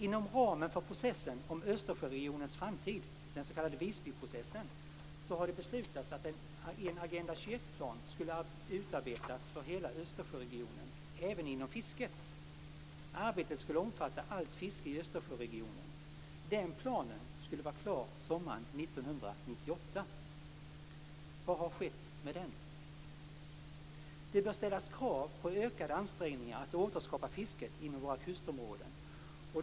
Inom ramen för processen om Östersjöregionens framtid, den s.k. Visbyprocessen, har det beslutats att en Agenda 21 plan skall utarbetas för hela Östersjöregionen även inom fisket. Arbetet skulle omfatta allt fiske i Östersjöregionen. Den planen skulle vara klar sommaren 1998. Vad har skett med den? Det bör ställas krav på ökade ansträngningar på att återskapa fisket inom våra kustområden.